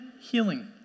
healing